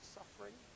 suffering